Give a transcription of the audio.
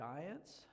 Giants